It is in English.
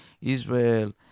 Israel